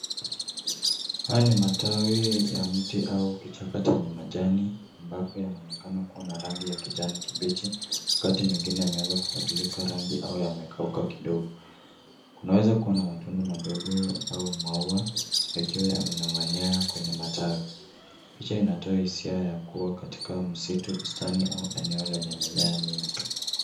Haya ni matawi ya mti au kichaka chenye majani ambapo yanaonekana kuwa na rangi ya kijani kibichi wakati mengine yameanza kubadilika rangi au yamekauka kidogo. Kuna weza kuwa na matunda madogo au maua yakiwa yamenong'onyea kwenye matawi. Picha inatoa hisia ya kuwa katika msitu, bustani au eneo lenye mimea nyingi.